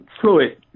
fluid